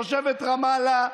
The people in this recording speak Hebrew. תושבת רמאללה,